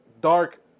Dark